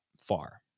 far